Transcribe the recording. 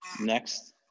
Next